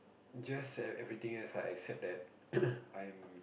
just have everything else ah except that I'm